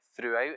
throughout